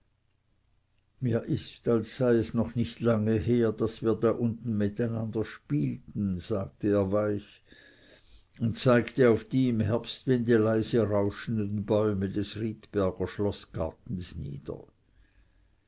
mir ist es sei noch nicht lange her daß wir da unten miteinander spielten sagte er weich und zeigte auf die im herbstwinde leise rauschenden bäume des riedberger schloßgartens nieder